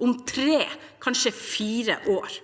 om tre, kanskje fire, år.